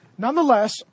Nonetheless